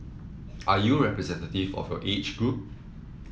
are you representative of your age group